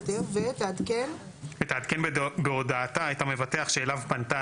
'ותעדכן בהודעתה את המבטח שאליו פנתה